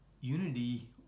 unity